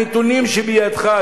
הנתונים שבידך,